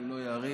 אני לא אאריך.